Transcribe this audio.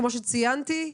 כמו שציינתי,